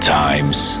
times